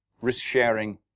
risk-sharing